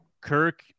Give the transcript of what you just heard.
Kirk